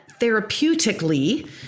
therapeutically